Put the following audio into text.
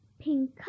Pink